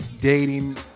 dating